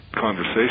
conversation